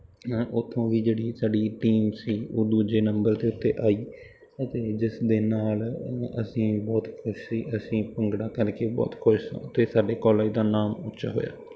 ਅ ਉੱਥੋਂ ਵੀ ਜਿਹੜੀ ਸਾਡੀ ਟੀਮ ਸੀ ਉਹ ਦੂਜੇ ਨੰਬਰ ਦੇ ਉੱਤੇ ਆਈ ਅਤੇ ਜਿਸ ਦੇ ਨਾਲ ਅਸੀਂ ਬਹੁਤ ਖੁਸ਼ ਸੀ ਅ ਅਸੀਂ ਭੰਗੜਾ ਕਰਕੇ ਬਹੁਤ ਖੁਸ਼ ਹਾਂ ਅਤੇ ਸਾਡੇ ਕਾਲਜ ਦਾ ਨਾਮ ਉੱਚਾ ਹੋਇਆ